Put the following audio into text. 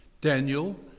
Daniel